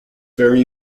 very